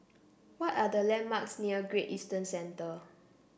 what are the landmarks near Great Eastern Centre